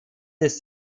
ist